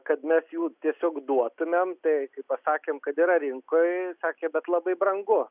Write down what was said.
kad mes jų tiesiog duotumėm tai kai pasakėm kad yra rinkoj sakė bet labai brangu